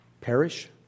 Perish